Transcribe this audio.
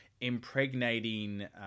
impregnating